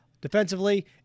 defensively